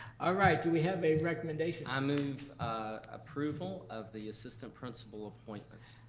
ah right, do we have a recommendation? i move approval of the assistant principal appointments.